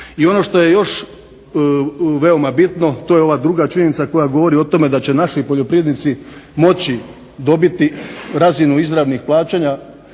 I ono što je još veoma bitno to je ova druga činjenica koja govori o tome da će naši poljoprivrednici moći dobiti razinu izravnih plaćanja